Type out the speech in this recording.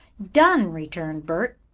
done! returned bert.